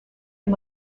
and